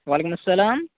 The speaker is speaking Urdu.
وعلیکم السلام